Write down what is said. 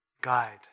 Guide